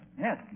Yes